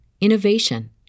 innovation